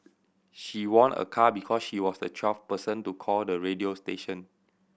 she won a car because she was the twelfth person to call the radio station